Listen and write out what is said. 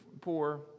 poor